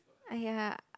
!aiya!